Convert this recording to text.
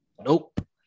Nope